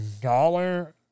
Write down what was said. dollar